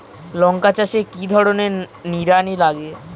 লঙ্কা চাষে কি ধরনের নিড়ানি লাগে?